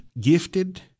Gifted